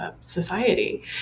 society